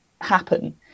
happen